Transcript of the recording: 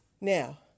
Now